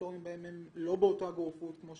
אז